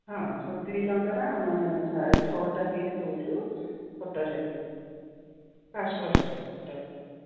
ହଁ ସତୁରି ଟଙ୍କାର ଆମେ ଛଅଟା ପିସ୍ ଦେଉଛୁ ଫଟୋରେ ପାସ୍ପୋର୍ଟ୍ ସାଇଜ୍ ଫଟୋ